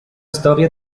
storia